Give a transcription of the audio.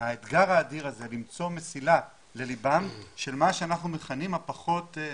האתגר האדיר הזה למצוא מסילה לליבם של מה שאנחנו מכנים הפחות משויכים,